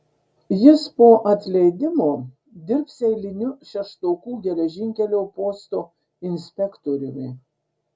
jis po atleidimo dirbs eiliniu šeštokų geležinkelio posto inspektoriumi